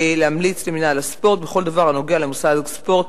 להמליץ למינהל הספורט בכל דבר הנוגע למוסד הספורט,